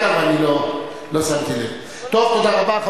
תודה רבה.